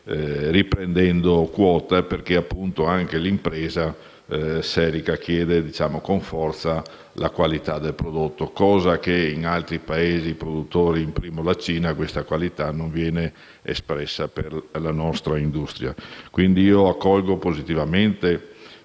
riprendendo quota, perché anche l'impresa serica chiede con forza la qualità del prodotto; qualità che in altri Paesi produttori, per prima la Cina, non viene espressa per la nostra industria. Quindi, accolgo positivamente